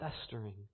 festering